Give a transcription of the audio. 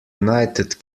united